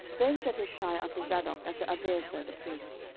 then said hushai unto zadok and to abiathar the priests,